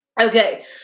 Okay